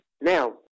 Now